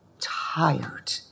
tired